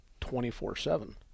24-7